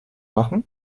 machen